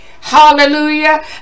hallelujah